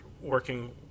working